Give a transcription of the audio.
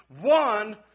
One